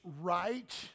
right